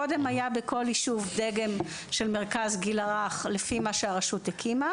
קודם היה בכל ישוב דגם של מרכז לגיל הרך לפי מה שהרשות הקימה